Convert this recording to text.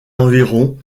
environs